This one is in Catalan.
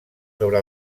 sobre